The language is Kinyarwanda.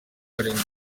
arindwi